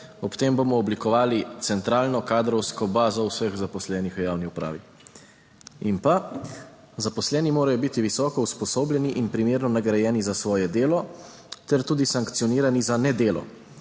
Ob tem bomo oblikovali centralno kadrovsko bazo vseh zaposlenih v javni upravi. In pa: zaposleni morajo biti visoko usposobljeni in primerno nagrajeni za svoje delo ter tudi sankcionirani za nedelo.